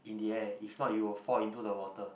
in the air if not you will fall into the water